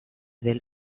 del